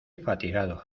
fatigado